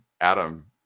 Adam